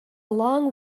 long